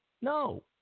no